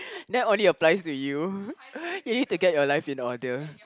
that only applies to you you need to get your life in order